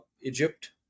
Egypt